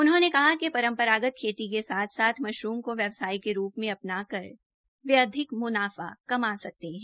उन्होंने कहा कि परम्परागत खेती के साथ साथ मशरूम को व्यवसाय के रूप में अपना कर वे अधिक मुनाफा कमा सकते है